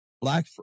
Black